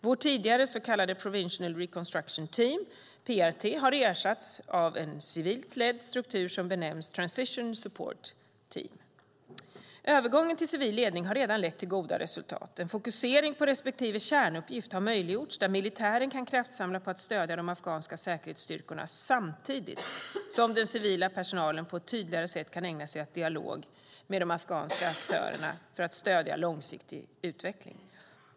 Vårt tidigare så kallade Provincial Reconstruction Team, PRT, har ersatts av en civilt ledd struktur som benämns Transition Support Team. Övergången till civil ledning har redan lett till goda resultat. En fokusering på respektive kärnuppgift har möjliggjorts där militären kan kraftsemla på att stödja de afghanska säkerhetsstyrkorna, samtidigt som den civila personalen på ett tydligare sätt kan ägna sig åt dialog med afghanska aktörer för att stödja långsiktig utveckling.